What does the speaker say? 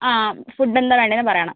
ആ ഫുഡ്ഡ് എന്താ വേണ്ടതെന്ന് പറയണം